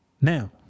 Now